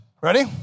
Ready